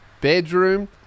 Bedroom